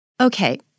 Okay